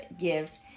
gift